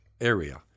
area